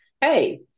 hey